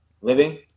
living